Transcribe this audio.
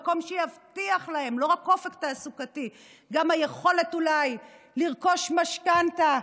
שיבטיח להם לא רק אופק תעסוקתי אלא גם את היכולת אולי לרכוש משכנתה,